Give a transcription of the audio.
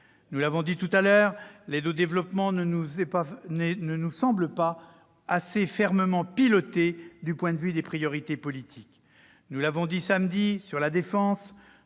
Nous l'avons indiqué précédemment, l'aide au développement ne nous semble pas assez fermement pilotée du point de vue des priorités politiques. Nous l'avons dit samedi, notre